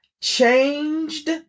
changed